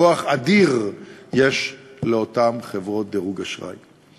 כוח אדיר יש לאותן חברות דירוג אשראי.